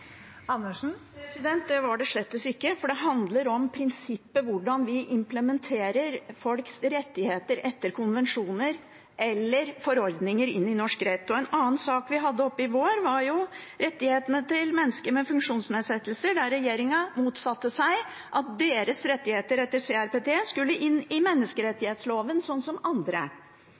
Andersen – til oppfølgingsspørsmål. Det var det slettes ikke, for det handler om prinsippet om hvordan vi implementerer folks rettigheter etter konvensjoner eller forordninger inn i norsk rett. En annen sak vi hadde oppe i vår, var rettighetene til mennesker med funksjonsnedsettelser der regjeringen motsatte seg at deres rettigheter etter CRPD skulle inn i menneskerettsloven, slik som andre.